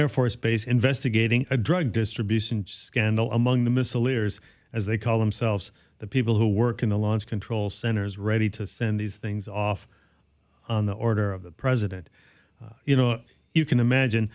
air force base investigating a drug distribution just scandal among the missileers as they call themselves the people who work in the launch control centers ready to send these things off on the order of the president you know you can imagine